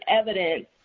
evidence